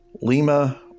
Lima